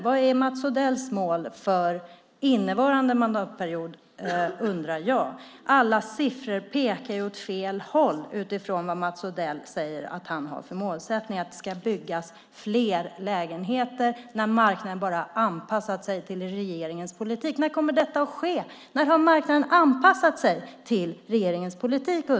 Vad är Mats Odells mål för innevarande mandatperiod? Alla siffror pekar ju åt fel håll utifrån vad Mats Odell säger att han har för målsättning - att det ska byggas fler lägenheter när marknaden har anpassat sig till regeringens politik. När kommer detta att ske? När har marknaden anpassat sig till regeringens politik?